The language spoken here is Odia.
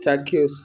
ଚାକ୍ଷୁଷ